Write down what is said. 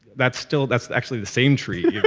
that's still, that's actually the same tree.